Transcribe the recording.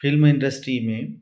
film industry में